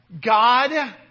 God